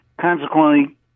Consequently